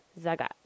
zagat